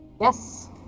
Yes